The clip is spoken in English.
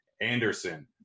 Anderson